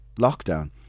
lockdown